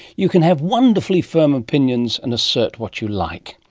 you can have wonderfully firm opinions and assert what you like.